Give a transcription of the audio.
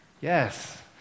Yes